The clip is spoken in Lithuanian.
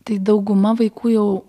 tai dauguma vaikų jau